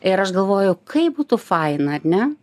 ir aš galvoju kaip būtų faina ar ne